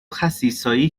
خسیسایی